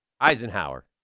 Eisenhower